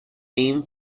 name